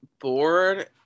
bored